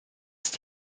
ist